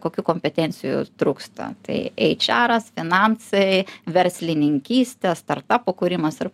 kokių kompetencijų trūksta tai eič aras finansai verslininkystės startapų kūrimas ir